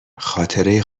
خاطره